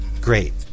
Great